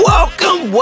Welcome